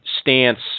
stance